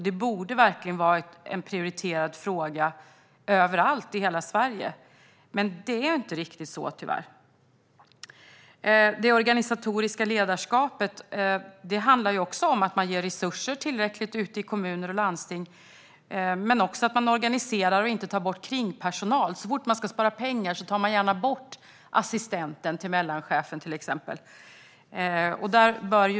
Det borde verkligen vara en prioriterad fråga överallt i hela Sverige, men det är tyvärr inte riktigt så. Det organisatoriska ledarskapet handlar också om att man ger tillräckligt med resurser i kommuner och landsting, liksom om att man organiserar och inte tar bort kringpersonal. Så fort man ska spara pengar tar man gärna bort exempelvis assistenten åt en mellanchef.